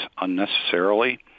unnecessarily